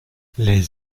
les